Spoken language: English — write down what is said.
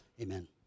Amen